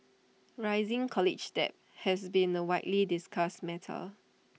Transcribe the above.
rising college debt has been A widely discussed matter